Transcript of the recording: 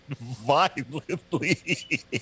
violently